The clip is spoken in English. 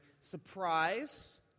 Surprise